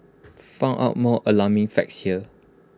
find out more alarming facts here